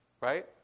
Right